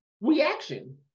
reaction